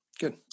Good